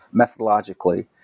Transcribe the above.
methodologically